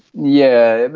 yeah,